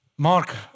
Mark